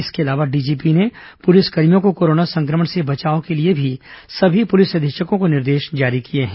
इसके अलावा डीजीपी ने पुलिसकर्मियों को कोरोना संक्रमण से बचाने के लिए भी सभी पुलिस अधीक्षकों को दिशा निर्देश जारी किए हैं